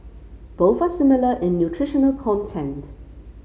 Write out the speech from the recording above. both are similar in nutritional content